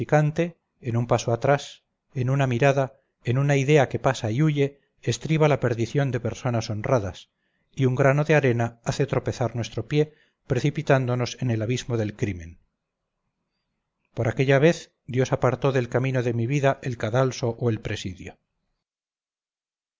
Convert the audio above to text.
en un paso atrás en una mirada en una idea que pasa y huye estriba la perdición de personas honradas y un grano de arena hace tropezar nuestro pie precipitándonos en el abismo del crimen por aquella vez dios apartó del camino de mi vida el cadalso o el presidio